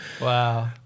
Wow